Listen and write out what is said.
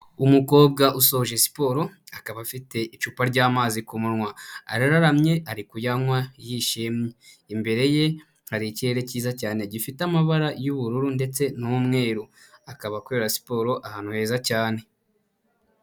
Umukobwa usoje siporo, akaba afite icupa ry'amazi ku munwa, arararamye ari kuyanywa yishimye. Imbere ye hari ikirere cyiza cyane gifite amabara y'ubururu ndetse n'umweru, akaba akorera siporo ahantu heza cyane.